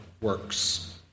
works